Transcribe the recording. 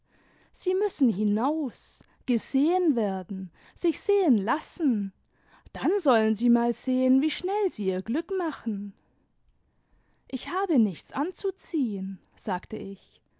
sie müssen hinaus gesehen werden sich sehen lassen dann sollen sie mal sehen wie schnell sie ihr glück machen ich habe nichts anzuziehen sagte ich